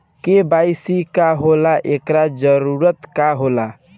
KYC का होला एकर जरूरत का होला?